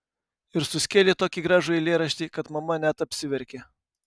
ir suskėlė tokį gražų eilėraštį kad mama net apsiverkė